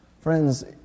Friends